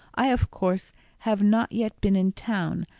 i of course have not yet been in town,